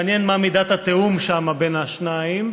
מעניין מה מידת התיאום שם בין השניים,